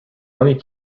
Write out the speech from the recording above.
only